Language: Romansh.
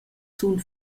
zun